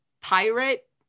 pirate